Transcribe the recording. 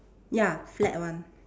ya flat one